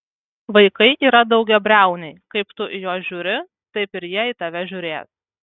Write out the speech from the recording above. vaikai yra daugiabriauniai kaip tu į juos žiūri taip ir jie į tave žiūrės